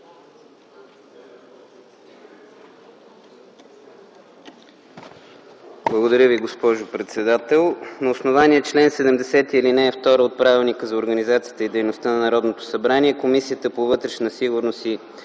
Благодаря Ви, госпожо председател. На основание чл. 70, ал. 2 от Правилника за организацията и дейността на Народното събрание Комисията по вътрешна сигурност и